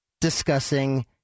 discussing